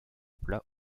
plat